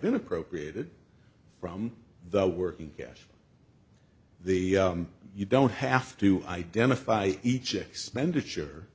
been appropriated from the working cash the you don't have to identify each expenditure